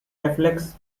reflex